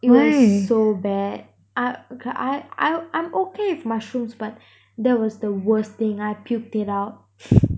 it was so bad I okay I I I'm okay with mushrooms but that was the worst thing I puked it out